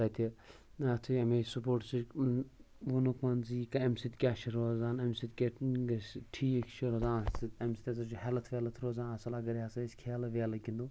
تَتہِ اَتھٕ اَمے سپوٹسٕچ ووٚنُکھ زِ یہِ کہِ اَمہِ سۭتۍ کیٛاہ چھِ روزان اَمہِ سۭتۍ کیٛاہ گژھِ ٹھیٖک چھُ روزان اَتھ اَمہِ سۭتۍ ہَسا چھُ ہیلٕتھ ویلٕتھ روزان اَصٕل اَگَر یہِ ہَسا أسۍ کھیلہٕ ویلہٕ گِنٛدو